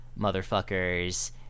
motherfuckers